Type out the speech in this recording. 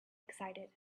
excited